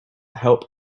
help